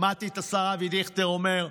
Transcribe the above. שמעתי את השר אבי דיכטר אומר: